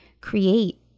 create